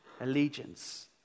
Allegiance